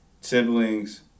siblings